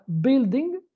building